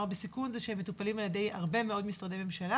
בסיכון הוא שהם מטופלים על ידי הרבה מאוד משרדי ממשלה